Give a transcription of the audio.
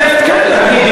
ביוב, נפט, כן.